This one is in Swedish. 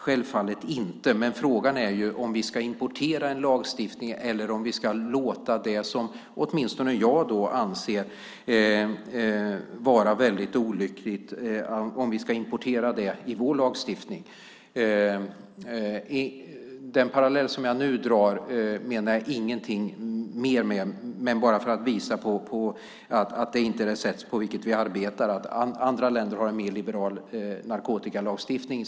Självfallet inte, men frågan är om vi ska importera något, som åtminstone jag anser vara väldigt olyckligt, i vår lagstiftning. Den parallell jag nu drar menar jag ingenting mer med än att visa på att det inte är det sätt på vilket vi arbetar: Andra länder har en mer liberal narkotikalagstiftning.